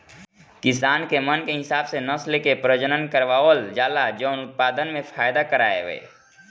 किसान के मन के हिसाब से नसल के प्रजनन करवावल जाला जवन उत्पदान में फायदा करवाए